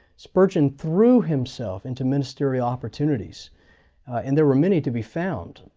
spurgeon threw himself into ministerial opportunities and there were many to be found.